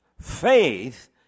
Faith